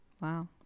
Wow